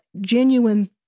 genuine